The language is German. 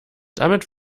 damit